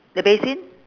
the basin